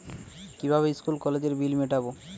কিভাবে স্কুল কলেজের বিল মিটাব?